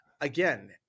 again